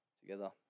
together